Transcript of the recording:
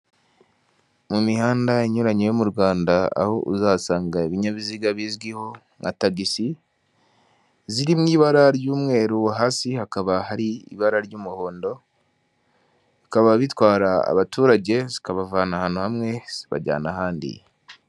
Mu mihanda inyuranye yo mu Rwanda aho uzasanga ibinyabiziga bizwiho nka tagisi ziri mu ibara ry'umweru hasi hakaba hari ibara ry'umuhondo, bikaba bitwara abaturage zikabavana ahantu hamwe zibajyana ahandi.